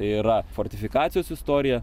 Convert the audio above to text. tai yra fortifikacijos istoriją